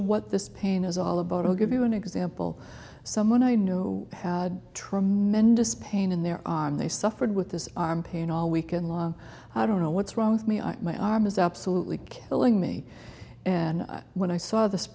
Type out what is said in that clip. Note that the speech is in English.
what this pain is all about i'll give you an example someone i know had tremendous pain in their arm they suffered with this arm pain all weekend long i don't know what's wrong with me on my arm is absolutely killing me and when i saw this